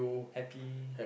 happy